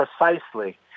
precisely